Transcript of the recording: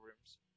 rooms